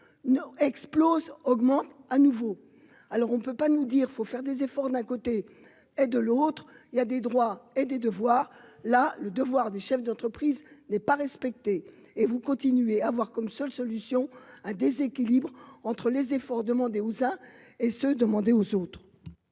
explose augmente à nouveau, alors on ne peut pas nous dire faut faire des efforts, d'un côté et de l'autre, il y a des droits et des devoirs, là le devoir du chef d'entreprise n'est pas respectée et vous continuez à avoir comme seule solution un déséquilibre entre les efforts demandés aux ça et se demander aux autres.